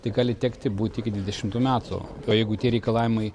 tai gali tekti būt iki dvidešimtų metų o jeigu tie reikalavimai